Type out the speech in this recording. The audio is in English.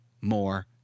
more